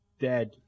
dead